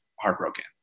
heartbroken